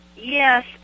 Yes